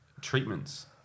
treatments